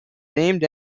named